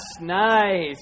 Nice